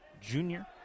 junior